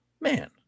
man